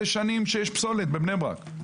זה שנים שיש פסולת בבני ברק,